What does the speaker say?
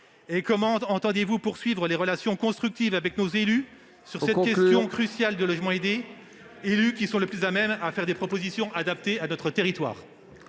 ? Comment entendez-vous poursuivre les relations constructives avec les élus sur cette question cruciale du logement aidé, ... Il faut conclure !... élus qui sont le plus à même de faire des propositions adaptées à leur territoire ?